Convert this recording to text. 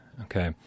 okay